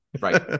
Right